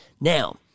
Now